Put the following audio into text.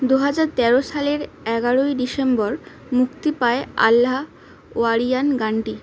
দু হাজার তেরো সালের এগারোই ডিসেম্বর মুক্তি পায় আল্লাহ ওয়ারিয়ান গানটি